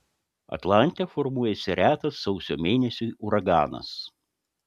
atlante formuojasi retas sausio mėnesiui uraganas